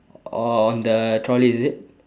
on the trolley is it